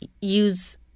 use